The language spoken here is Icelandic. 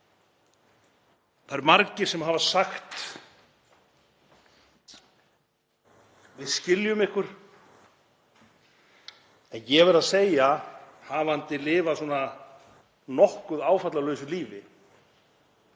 Það eru margir sem hafa sagt: Við skiljum ykkur. En ég verð að segja, hafandi lifað svona nokkuð áfallalausu lífi,